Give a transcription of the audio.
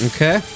Okay